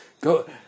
Go